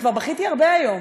אני כבר בכיתי הרבה היום.